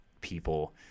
people